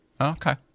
Okay